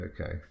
okay